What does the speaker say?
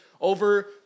Over